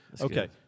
Okay